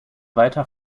weiter